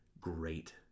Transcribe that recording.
great